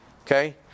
Okay